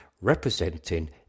representing